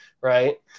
right